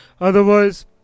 Otherwise